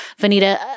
Vanita